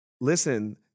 Listen